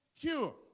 cure